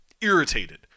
irritated